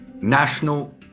national